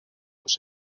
vous